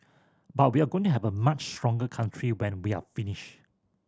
but we're going to have a much stronger country when we're finish